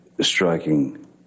striking